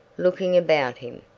looking about him.